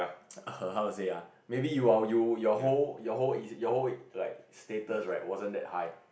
her how you say ah maybe you are you your whole your whole your whole like status right wasn't that high